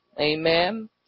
amen